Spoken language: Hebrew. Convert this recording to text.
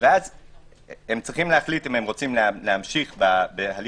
ואז הם צריכים להחליט אם הם רוצים להמשיך בהליך